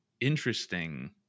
interesting